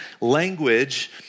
language